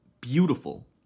beautiful